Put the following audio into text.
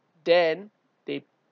then they